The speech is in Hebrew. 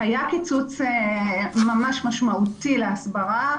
היה קיצוץ ממש משמעותי להסברה,